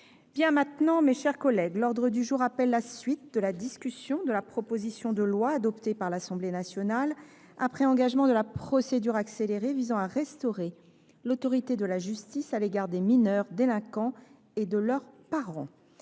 prévu par notre règlement. L’ordre du jour appelle la suite de la discussion de la proposition de loi, adoptée par l’Assemblée nationale après engagement de la procédure accélérée, visant à restaurer l’autorité de la justice à l’égard des mineurs délinquants et de leurs parents